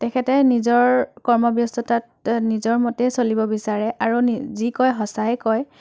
তেখেতে নিজৰ কৰ্মব্যস্ততাত নিজৰ মতেই চলিব বিচাৰে আৰু নি যি কয় সঁচাই কয়